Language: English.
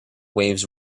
waves